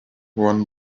one